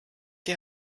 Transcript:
die